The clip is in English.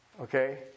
Okay